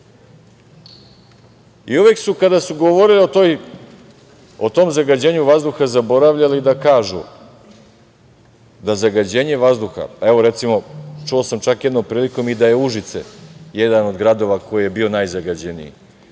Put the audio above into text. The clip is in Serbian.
Uvek su, kada su govorili o tom zagađenju vazduha, zaboravljali da kažu da zagađenje vazduha, evo recimo, čuo sam čak i jednom prilikom da je Užice jedan od gradova koji je bio najzagađeniji.